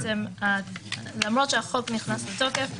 שלמרות שהחוק נכנס לתוקף,